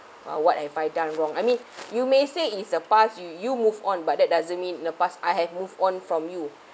uh what have I done wrong I mean you may say it's a past you you move on but that doesn't mean it's a past I have move on from you